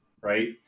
Right